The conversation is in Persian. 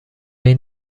این